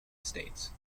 states